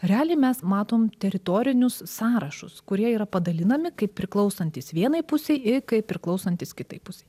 realiai mes matom teritorinius sąrašus kurie yra padalinami kaip priklausantys vienai pusei ir kaip priklausantys kitai pusei